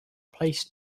replaced